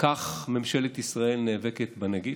כך ממשלת ישראל נאבקת בנגיף?